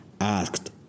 asked